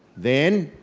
then,